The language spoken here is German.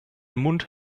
mund